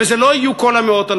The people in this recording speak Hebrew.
וזה לא יהיו כל המאות-אלפים,